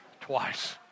Twice